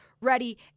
ready